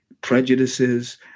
prejudices